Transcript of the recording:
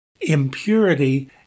impurity